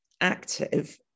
active